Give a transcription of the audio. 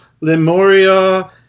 Lemuria